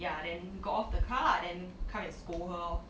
ya then got off the car lah then come and scold her orh